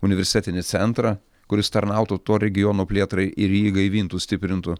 universitetinį centrą kuris tarnautų to regiono plėtrai ir jį gaivintų stiprintų